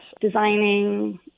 designing